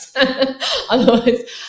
Otherwise